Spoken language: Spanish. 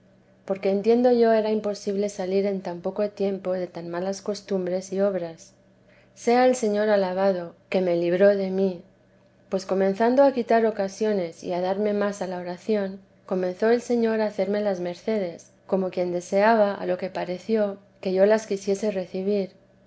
porque entiendo yo era imposible salir en tan poco tiempo de tan malas costumbres y obras sea el señor alabado que me libró de mí pues comenzando a quitar ocasiones y a darme más a la oración comenzó el señor a hacerme las mercedes como quien deseaba a lo que pareció que yo las quisiese recibir